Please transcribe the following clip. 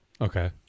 okay